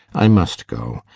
i must go.